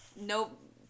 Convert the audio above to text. Nope